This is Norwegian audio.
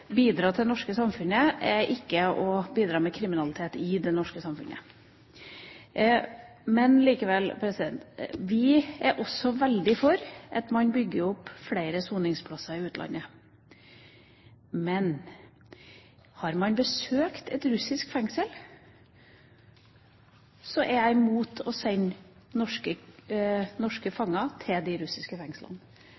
bidra til det norske samfunnet, ikke er å bidra med kriminalitet i det norske samfunnet. Likevel er vi veldig for at man bygger flere soningsplasser i utlandet. Men har man besøkt et russisk fengsel? Jeg er imot å sende norske